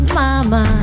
mama